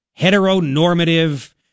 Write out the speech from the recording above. Heteronormative